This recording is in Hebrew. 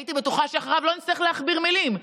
הייתי בטוחה שאחריו לא נצטרך להכביר מילים.